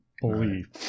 believe